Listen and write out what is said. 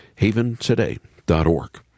haventoday.org